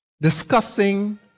discussing